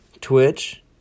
Twitch